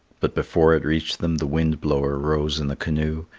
but before it reached them, the wind-blower rose in the canoe,